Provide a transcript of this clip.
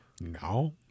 No